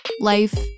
life